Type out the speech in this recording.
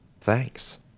thanks